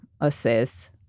assess